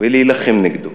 ולהילחם נגדו.